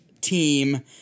team